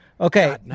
Okay